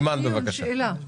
שאלה.